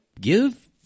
give